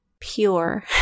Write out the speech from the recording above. pure